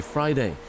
Friday